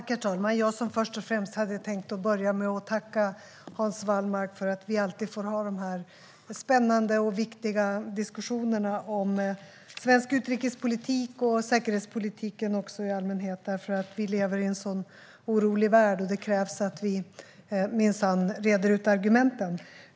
Herr talman! Jag hade först och främst tänkt börja med att tacka Hans Wallmark för att vi alltid får ha dessa spännande och viktiga diskussioner om svensk utrikespolitik och säkerhetspolitiken i allmänhet. Vi lever i en sådan orolig värld, och det krävs att vi reder ut argumenten.